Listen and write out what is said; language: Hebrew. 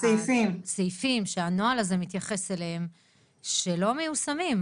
סעיפים שהנוהל הזה מתייחס אליהם והם לא מיושמים.